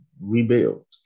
rebuild